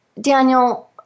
Daniel